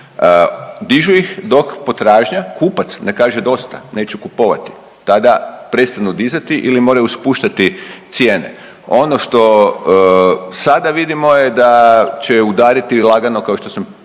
Dižu ih dok potražnja, kupac ne kaže dosta neću kupovati tada prestanu dizati ili moraju spuštati cijene. Ono što sada vidimo je da će udariti lagano kao što sam prije